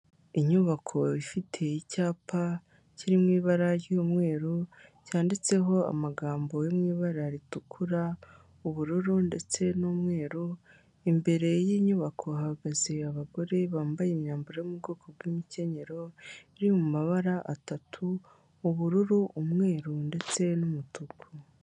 Inyubako ifite icyapa kiri mu ibara ry'umweru cyanditseho amagambo yo mu ibara ritukura ubururu ndetse n'umweru, imbere y'iyi nyubako hagaze abagore bambaye imyambaro yo mu bwoko bw'imikenyerero iri mu mabara atatu: ubururu, umweru, ndetse n'umutuku.